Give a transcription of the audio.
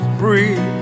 breathe